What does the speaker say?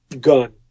gun